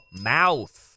mouth